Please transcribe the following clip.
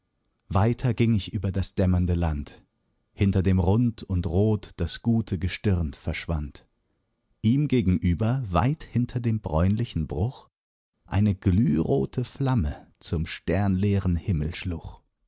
weiter ging ich über das dämmernde land hinter dem rund und rot das gute gestirn verschwand ihm gegenüber weit hinter dem bräunlichen bruch eine glührote flamme zum sternleeren himmel schlug